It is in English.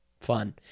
fun